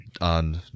on